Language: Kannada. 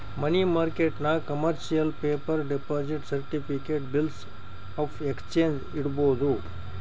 ಮನಿ ಮಾರ್ಕೆಟ್ನಾಗ್ commercial paper, deposit certificate, bills of exchange ಇಡ್ಬೋದ್